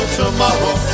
tomorrow